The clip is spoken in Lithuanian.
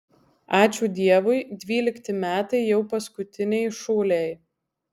ačiū dievui dvylikti metai jau paskutiniai šūlėj